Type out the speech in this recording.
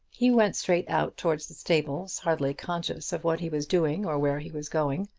he went straight out towards the stables, hardly conscious of what he was doing or where he was going,